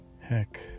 Heck